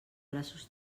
braços